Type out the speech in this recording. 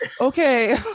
Okay